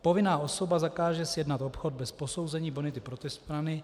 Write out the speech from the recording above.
Povinná osoba zakáže sjednat obchod bez posouzení bonity protistrany.